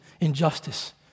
injustice